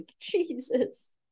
Jesus